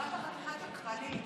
החברה שלך חתיכת שקרנית.